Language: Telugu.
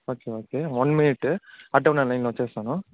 ఓకే ఓకే వన్ మినిట్టు అట్టే ఉండండి లైన్లో వచ్చేస్తాను